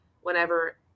whenever